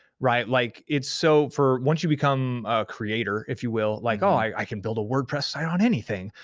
right? like it's so, for once you become a creator, if you will, like, oh, i can build a wordpress site on anything.